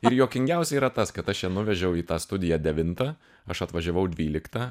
ir juokingiausia yra tas kad aš ją nuvežiau į tą studiją devintą aš atvažiavau dvyliktą